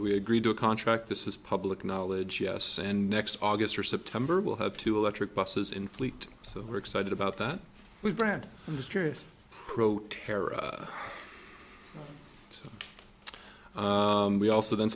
we agreed to a contract this is public knowledge yes and next august or september will have two electric buses in fleet so we're excited about that we brant just curious wrote tara we also then